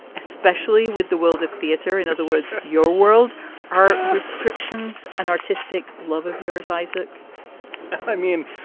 especially with the world of theater. in other words, your world are restrictions on artistic love of yours, isaac i mean,